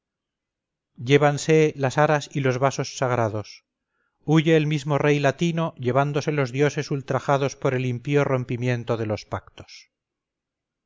llévanse las aras y los vasos sagrados huye el mismo rey latino llevándose los dioses ultrajados por el impío rompimiento de los pactos unos enganchan los